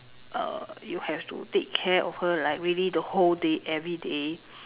uh you have to take care of her like really the whole day everyday